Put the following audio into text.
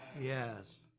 Yes